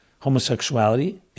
homosexuality